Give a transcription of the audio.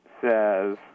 says—